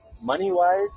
money-wise